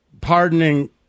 pardoning